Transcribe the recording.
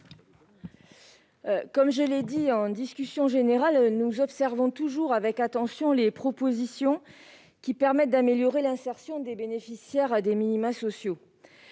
Comme je l'ai dit lors de la discussion générale, nous observons toujours avec attention les propositions qui permettent d'améliorer l'insertion des bénéficiaires de minima sociaux.